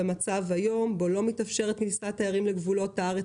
במצב היום בו לא מתאפשרת כניסת תיירים לגבולות הארץ